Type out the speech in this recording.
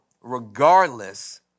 regardless